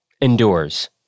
endures